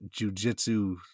jujitsu